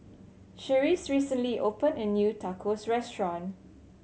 Charisse recently opened a new Tacos Restaurant